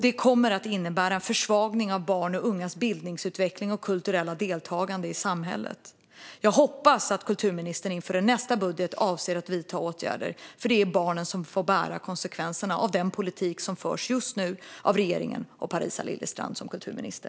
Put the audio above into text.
Det kommer att innebära en försvagning av barns och ungas bildningsutveckling och kulturella deltagande i samhället. Jag hoppas att kulturministern inför nästa budget avser att vidta åtgärder, för det är barnen som får ta konsekvenserna av den politik som förs just nu av regeringen och av Parisa Liljestrand som kulturminister.